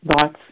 thoughts